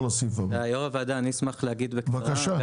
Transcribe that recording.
יו"ר הוועדה, אני אשמח להגיב בקצרה.